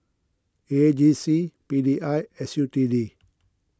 A G C P D I S U T D